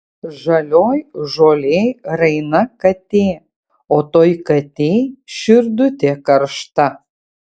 žalioj žolėj raina katė o toj katėj širdutė karšta